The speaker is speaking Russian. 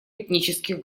этнических